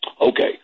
Okay